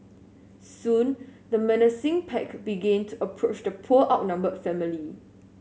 soon the menacing pack began to approach the poor outnumbered family